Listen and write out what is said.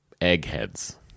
eggheads